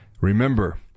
Remember